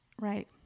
Right